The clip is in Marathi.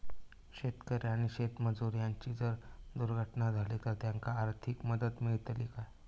शेतकरी आणि शेतमजूर यांची जर दुर्घटना झाली तर त्यांका आर्थिक मदत मिळतली काय?